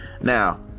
Now